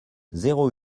zéro